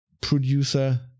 producer